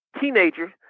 teenager